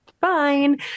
fine